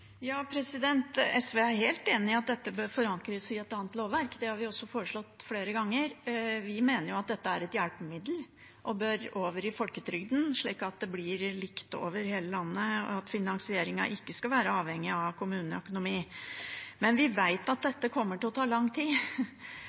SV er helt enig i at dette bør forankres i et annet lovverk, det har vi også foreslått flere ganger. Vi mener at dette er et hjelpemiddel og bør over i folketrygden, slik at det blir likt over hele landet, og at finansieringen ikke skal være avhengig av kommuneøkonomi. Men vi vet at dette kommer til å ta lang tid,